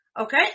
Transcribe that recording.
Okay